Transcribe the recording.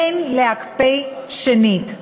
אין להקפיא שנית".